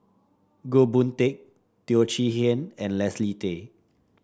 Goh Boon Teck Teo Chee Hean and Leslie Tay